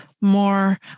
more